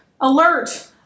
alert